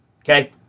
Okay